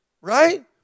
right